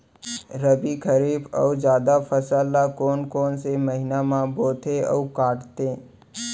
रबि, खरीफ अऊ जादा फसल ल कोन कोन से महीना म बोथे अऊ काटते?